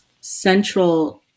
central